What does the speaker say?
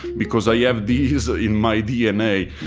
because i have these ah in my dna,